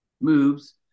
moves